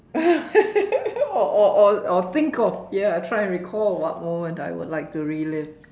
or or or think of ya try and recall of what moment I would like to relieve